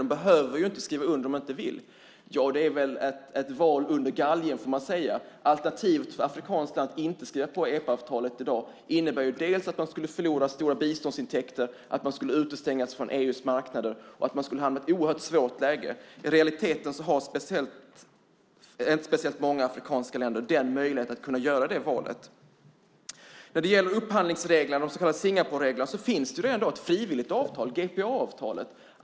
De behöver inte skriva under om de inte vill. Det är ett val under galgen. Alternativet för ett afrikanskt land att inte skriva på EPA-avtalet i dag är att man förlorar stora biståndsintäkter och skulle utestängas från EU:s marknader. Man skulle hamna i ett oerhört svårt läge. I realiteten har inte speciellt många afrikanska länder möjligheten att kunna göra det valet. När det gäller upphandlingsreglerna, de så kallade Singaporereglerna, finns det i dag ett frivilligt avtal, GPA-avtalet.